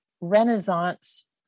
renaissance